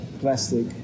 plastic